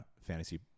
fantasy